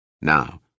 Now